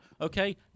Okay